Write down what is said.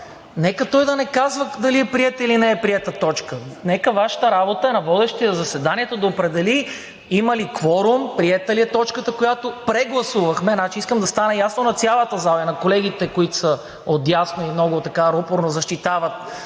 нека той да не казва дали е приета, или не е приета точка. Нека е Ваша работа – на водещия заседанието, да определи има ли кворум, приета ли е точката, която прегласувахме. Искам да стане ясно на цялата зала – и на колегите, които са отдясно и много рупорно защитават